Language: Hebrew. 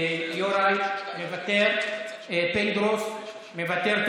יוראי, מוותר, פינדרוס, מוותר.